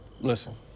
Listen